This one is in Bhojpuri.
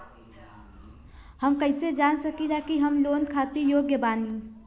हम कईसे जान सकिला कि हम लोन खातिर योग्य बानी?